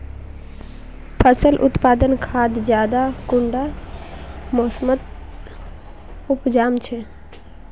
फसल उत्पादन खाद ज्यादा कुंडा मोसमोत उपजाम छै?